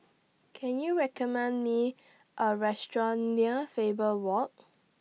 Can YOU recommend Me A Restaurant near Faber Walk